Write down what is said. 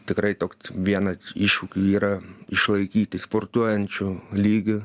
tikrai toks vienas iššūkių yra išlaikyti sportuojančių lygį